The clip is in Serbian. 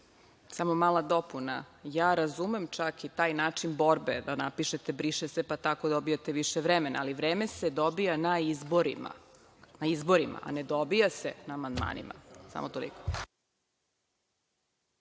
Samo mala dopuna, razumem čak i taj način borbe, da napišete briše se, pa tako dobijate više vremena, ali vreme se dobija na izborima, a ne dobija se na amandmani. Samo toliko.